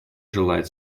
желает